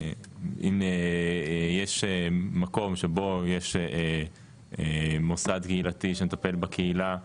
אם יש מקום שבו יש מוסד קהילתי שמטפל בקהילה,